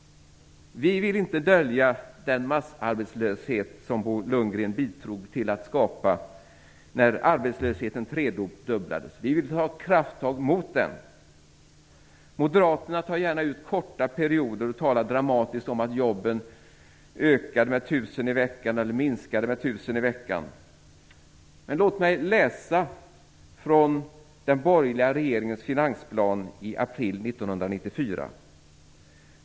Vi vill inte dölja den massarbetslöshet som Bo Lundgren bidrog till att skapa när arbetslösheten tredubblades. Vi vill ta krafttag mot den. Moderaterna tar gärna ut korta perioder och talar dramatiskt om att antalet jobb ökade eller minskade med 1 000 i veckan. Men låt mig läsa från den borgerliga regeringens finansplan i april 1994.